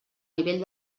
nivell